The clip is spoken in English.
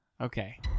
Okay